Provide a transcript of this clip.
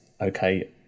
okay